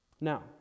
Now